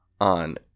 on